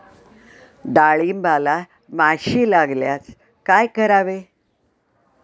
डाळींबाला माशी लागल्यास काय करावे?